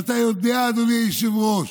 ואתה יודע, אדוני היושב-ראש,